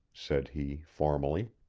said he, formally.